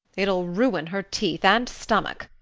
it'll ruin her teeth and stomach.